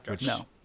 No